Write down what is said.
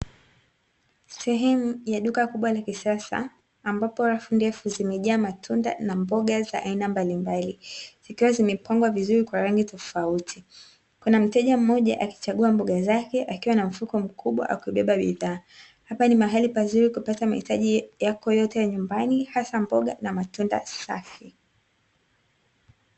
Sehemu ya duka kubwa la kisasa ambapo rafu ndefu zimejaa matunda na mboga za aina mbalimbali, zikiwa zimepangwa vizuri kwa rangi tofauti. Kuna mteja mmoja akichagua mboga zake, akiwa na mfuko mkubwa akibeba bidhaa. Hapa ni mahali pazuri kupata mahitaji yako yote ya nyumbani, hasa mboga na matunda safi.